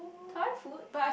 Thai food